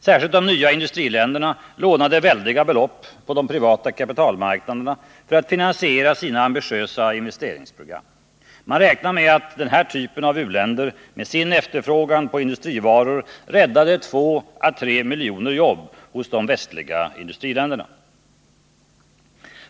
Särskilt de nya industriländerna lånade väldiga belopp på de privata kapitalmarknaderna för att finansiera sina ambitiösa investeringsprogram. Man räknar med att den här typen av u-länder med sin efterfrågan på industrivaror räddade två å tre miljoner jobb hos de västliga industriländerna.